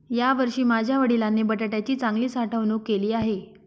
यावर्षी माझ्या वडिलांनी बटाट्याची चांगली साठवणूक केली आहे